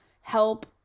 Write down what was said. help